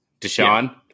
Deshaun